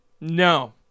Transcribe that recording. No